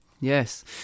Yes